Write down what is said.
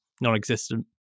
non-existent